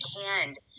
canned